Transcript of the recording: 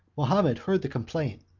mahomet heard the complaint,